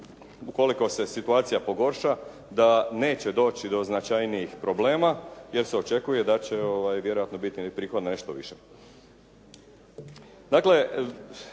ukoliko se situacija pogorša da neće doći do značajnijih problema jer se očekuje da će vjerojatno biti i prihod nešto više.